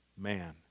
man